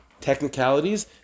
technicalities